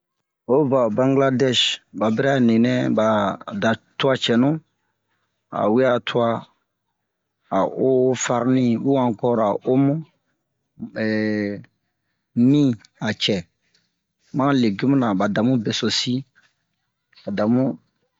o va ho Bangiladɛsh ɓa bɛrɛ a ninɛ ɓa da tuwa cɛnu a we'a tuwa a o farni u ankɔr a omu mi a cɛ ma han legimu-na ɓa damu besosi ɓa damu